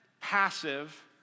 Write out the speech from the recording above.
passive